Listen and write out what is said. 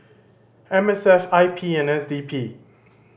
M S F I P and S D P